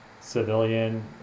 civilian